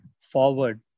forward